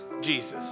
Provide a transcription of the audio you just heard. Jesus